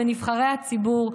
בנבחרי הציבור,